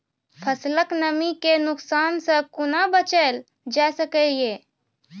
फसलक नमी के नुकसान सॅ कुना बचैल जाय सकै ये?